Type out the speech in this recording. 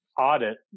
audit